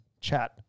chat